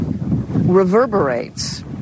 reverberates